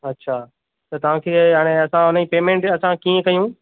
अच्छा त तव्हांखे हाणे असां हाणे पेमेंट असां कीअं कयूं